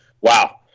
wow